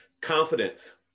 Confidence